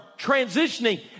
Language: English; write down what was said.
transitioning